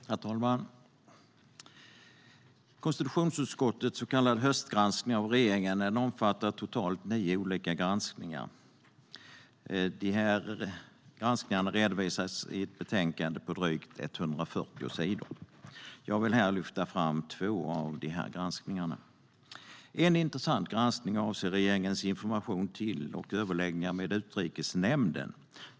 Herr talman! Konstitutionsutskottets så kallade höstgranskning av regeringen omfattar totalt nio olika granskningar som redovisas i ett betänkande på drygt 140 sidor. Jag vill här lyfta fram två av dessa granskningar. En intressant granskning avser regeringens information till och överläggningar med Utrikesnämnden.